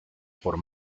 por